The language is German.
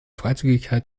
freizügigkeit